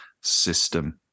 system